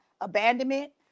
abandonment